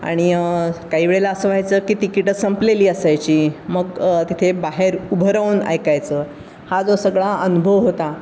आणि काहीवेळेला असं व्हायचं की तिकीटं संपलेली असायची मग तिथे बाहेर उभं राहून ऐकायचं हा जो सगळा अनुभव होता